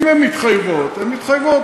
אם הן מתחייבות הן מתחייבות.